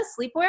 sleepwear